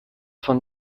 von